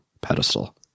pedestal